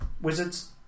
wizards